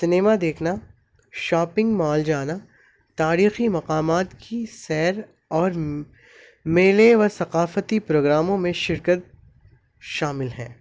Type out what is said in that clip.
cinema دیکھنا shopping mall جانا تاریخی مقامات کی سیر اور میلے و ثقافتی پروگراموں میں شرکت شامل ہیں